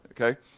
Okay